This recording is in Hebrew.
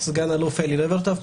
אני סגן-אלוף אלי לברטוב,